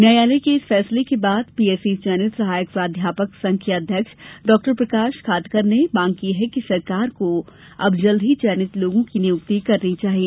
न्यायालय के इस फैसले के बाद पीएससी चयनित सहायक प्राध्यपक संघ के अध्यक्ष डॉ प्रकाश खातरकर ने मांग की है कि सरकार को अब जल्द ही चयनित लोगों की नियुक्ति करनी चाहिए